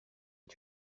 est